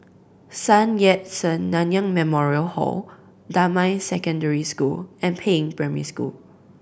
Sun Yat Sen Nanyang Memorial Hall Damai Secondary School and Peiying Primary School